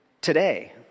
today